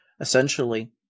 essentially